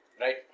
Right